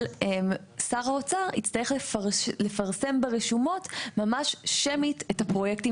אבל שר האוצר יצטרך לפרסם ברשומות ממש שמית את הפרויקטים